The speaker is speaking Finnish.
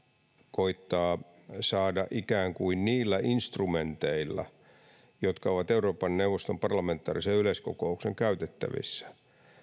koettaa saada ikään kuin niillä instrumenteilla jotka ovat euroopan neuvoston parlamentaarisen yleiskokouksen käytettävissä